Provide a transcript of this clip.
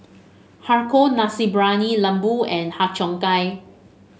Har Kow Nasi Briyani Lembu and Har Cheong Gai